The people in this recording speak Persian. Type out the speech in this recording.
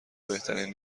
بهترین